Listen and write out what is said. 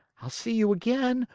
i'll see you again!